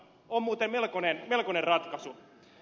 on muuten melkoinen ratkaisu